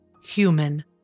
human